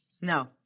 No